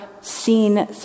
seen